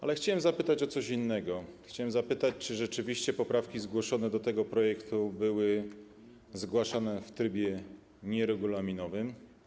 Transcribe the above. Ale chciałem zapytać o coś innego, chciałem zapytać: Czy rzeczywiście poprawki zgłoszone do tego projektu były zgłaszane w trybie nieregulaminowym?